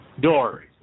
door